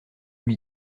lui